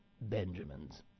Benjamins